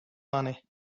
money